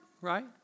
right